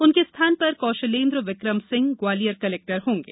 उनके स्थान पर कौशलेंद्र विक्रम सिंह ग्वालियर कलेक्टर होंगे